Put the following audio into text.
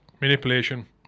manipulation